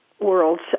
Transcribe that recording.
worlds